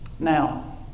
now